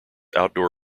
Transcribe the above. outdoor